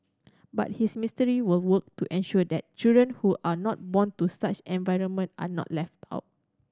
but his ministry will work to ensure that children who are not born to such environment are not left out